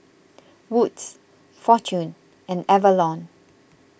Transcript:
Wood's fortune and Avalon